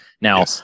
Now